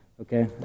okay